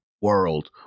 world